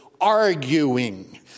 arguing